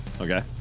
Okay